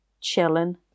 chilling